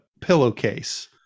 pillowcase